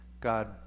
God